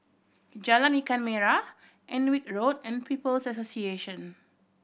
Jalan Ikan Merah Alnwick Road and People's Association